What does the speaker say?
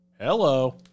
Hello